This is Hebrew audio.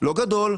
לא גדול,